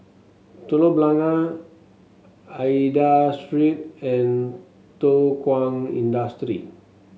Telok Blangah Aida Street and Thow Kwang Industry